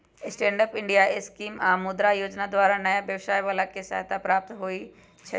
stand up India scheme आऽ मुद्रा जोजना द्वारा नयाँ व्यवसाय बला के सहायता प्राप्त होइ छइ